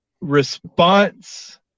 response –